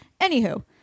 Anywho